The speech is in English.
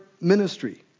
ministry